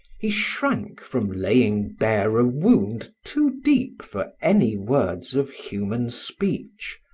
he shrank from laying bare a wound too deep for any words of human speech,